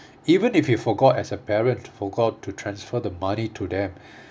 even if you forgot as a parent forgot to transfer the money to them